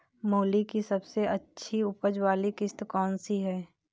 मूली की सबसे अच्छी उपज वाली किश्त कौन सी है?